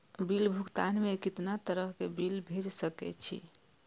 Bill भुगतान में कितना तरह के बिल भेज सके छी?